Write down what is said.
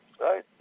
Right